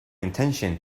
intention